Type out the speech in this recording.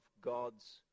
God's